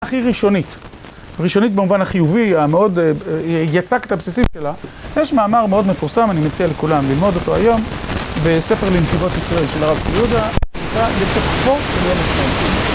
הכי ראשונית, ראשונית במובן החיובי, היא ייצקת את הבסיסים שלה יש מאמר מאוד מפורסם, אני מציע לכולם ללמוד אותו היום בספר למציבות ישראל של הרב קוליוגה, נקרא, יצחקו ב-1920